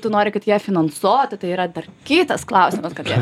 tu nori kad ją finansoti tai yra dar kitas klausimas kad ją